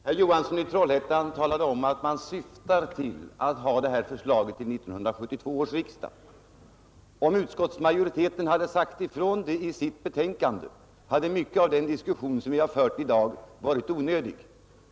Herr talman! Herr Johansson i Trollhättan talade om att man ”syftar till” att ha ett förslag till 1972 års riksdag. Om utskottsmajoriteten hade sagt ifrån det i sin skrivning, hade mycket av den diskussion som vi har fört i dag varit onödig.